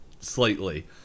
slightly